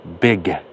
big